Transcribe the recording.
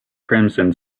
crimson